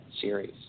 series